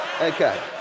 Okay